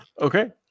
Okay